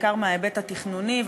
בעיקר מההיבט התכנוני,